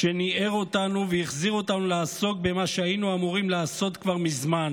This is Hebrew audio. שניער אותנו והחזיר אותנו לעסוק במה שהיינו אמורים לעשות כבר מזמן: